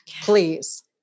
please